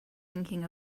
thinking